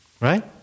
Right